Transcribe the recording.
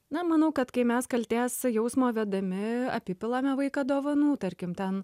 na manau kad kai mes kaltės jausmo vedami apipilame vaiką dovanų tarkim ten